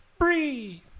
Free